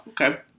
Okay